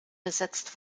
besetzt